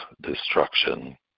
destruction